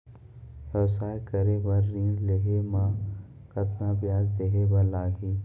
व्यवसाय करे बर ऋण लेहे म कतना ब्याज देहे बर लागही?